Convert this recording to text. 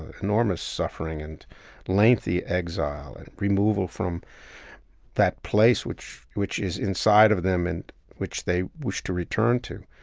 enormous suffering and lengthy exile and removal from that place which which is inside of them and which they wish to return to.